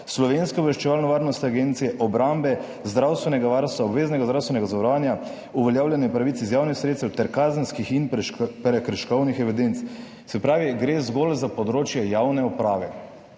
Slovenske obveščevalno-varnostne agencije, obrambe, zdravstvenega varstva, obveznega zdravstvenega zavarovanja, uveljavljanja pravic iz javnih sredstev ter kazenskih in prekrškovnih evidenc«. Se pravi, gre zgolj za področje javne uprave.